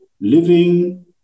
living